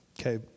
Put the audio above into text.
Okay